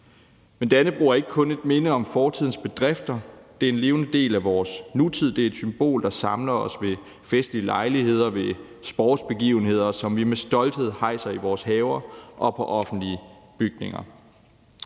Men Dannebrog er ikke kun et minde om fortidens bedrifter, det er en levende del af vores nutid, det er et symbol, der samler os ved festlige lejligheder, ved sportsbegivenheder, og som vi med stolthed hejser i vores haver og på offentlige bygninger.